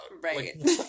right